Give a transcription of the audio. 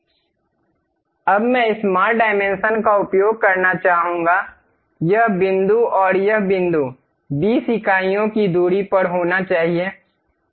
अब मैं स्मार्ट परिमाप का उपयोग करना चाहूंगा यह बिंदु और यह बिंदु 20 इकाइयों की दूरी पर होना चाहिए किया गया